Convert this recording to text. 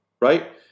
right